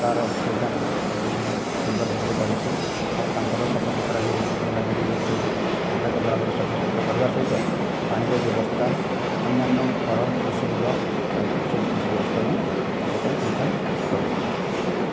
ତା'ର ଥଇଥାନ ଅଲରେଡ଼ି ମୁଁ ସୁନ୍ଦର ଭାବରେ କରିଛି ଆଉ ତାଙ୍କର ସଫା ସୁତରା ଯେଉଁ ଯାହା ନେଡ଼ି ଗୁଡ଼ି ସେଇଟାକୁ ଝାଡ଼ା କରିଦେଲା ସଫା ସୁତରା କରିବା ସହିତ ପାଣିର ବ୍ୟବସ୍ଥା ଅନ୍ୟାନ୍ୟ ଗରମ ଉଷୁମର ଲାଇଟର ସବୁ କିଛି ବ୍ୟବସ୍ଥା ମୁଁ ତାଙ୍କ ପାଇଁ ଥଇଥାନ କରିଛି